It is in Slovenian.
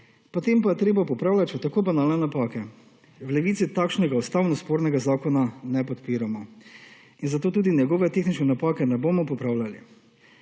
potem pa je treba popravljati še tako banalne napake. V Levici takšnega ustavno spornega zakona ne podpiramo in zato tudi njegove tehnične napake ne bomo popravljali.